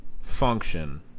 Function